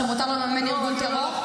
שמותר לממן ארגון טרור?